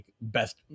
best